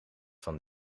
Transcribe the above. van